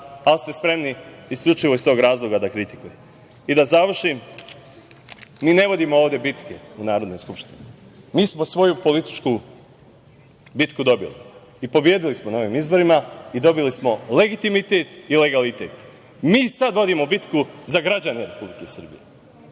ali ste spremni isključivo iz tog razloga da kritikujete. Da završim, mi ne vodimo ovde bitke u Narodnoj skupštini. Mi smo svoju političku bitku dobili i pobedili smo na ovim izborima i dobili smo legitimitet i legalitet. Mi sad vodimo bitku za građane Republike Srbije,